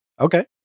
Okay